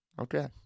Okay